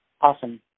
Awesome